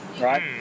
right